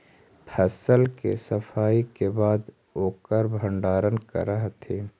फसल के सफाई के बाद ओकर भण्डारण करऽ हथिन